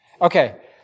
Okay